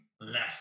less